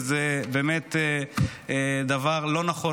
וזה באמת דבר לא נכון,